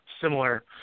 similar